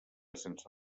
sense